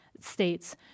States